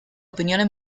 opiniones